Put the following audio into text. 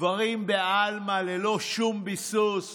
דברים בעלמא ללא שום ביסוס,